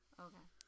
okay